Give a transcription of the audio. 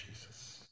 Jesus